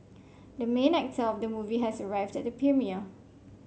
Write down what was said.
the main actor of the movie has arrived at the premiere